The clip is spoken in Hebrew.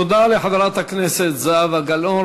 תודה לחברת הכנסת זהבה גלאון.